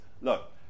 look